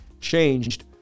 changed